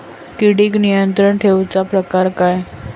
किडिक नियंत्रण ठेवुचा प्रकार काय?